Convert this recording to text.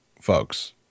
folks